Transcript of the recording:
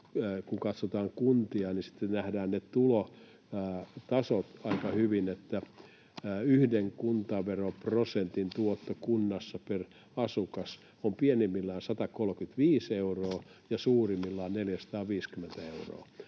kun katsotaan kuntia, sitten nähdään ne tulotasot aika hyvin, että yhden kuntaveroprosentin tuotto kunnassa per asukas on pienimmillään 135 euroa ja suurimmillaan 450 euroa.